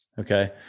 Okay